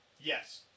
yes